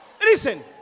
Listen